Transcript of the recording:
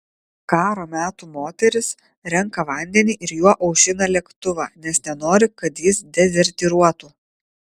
karo metų moteris renka vandenį ir juo aušina lėktuvą nes nenori kad jis dezertyruotų